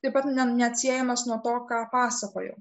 taip pat ne neatsiejamas nuo to ką pasakojau